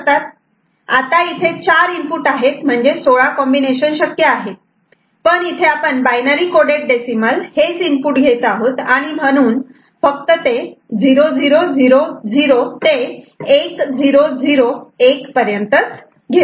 आता इथे चार इनपुट आहेत म्हणजे16 कॉम्बिनेशन शक्य आहेत पण इथे आपण बायनरी कोडेड डेसिमल हेच इनपुट घेत आहोत आणि म्हणून फक्त 0000 ते 1001 पर्यंत घेऊ